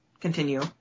continue